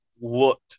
looked